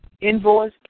Invoice